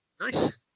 Nice